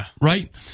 right